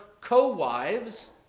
co-wives